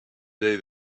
day